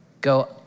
Go